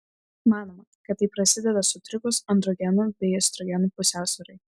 manoma kad tai prasideda sutrikus androgenų bei estrogenų pusiausvyrai